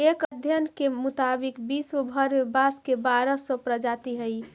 एक अध्ययन के मुताबिक विश्व भर में बाँस के बारह सौ प्रजाति हइ